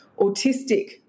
autistic